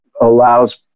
allows